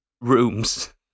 rooms